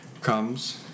comes